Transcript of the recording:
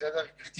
שנקבעו לגבי